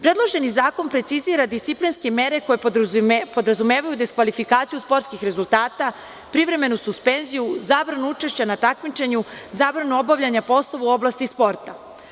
Predloženi zakon precizira disciplinske mere koje podrazumevaju diskvalifikaciju sportskih rezultata, privremenu suspenziju, zabranu učešća na takmičenju, zabranu obavljanja poslova u oblasti sporta.